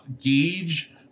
gauge